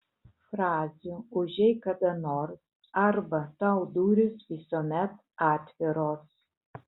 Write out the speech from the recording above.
frazių užeik kada nors arba tau durys visuomet atviros